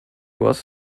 was